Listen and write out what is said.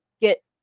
get